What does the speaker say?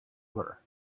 her